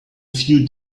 few